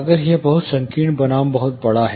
अगर यह बहुत संकीर्ण बनाम बहुत बड़ा है